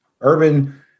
Urban